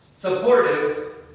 supportive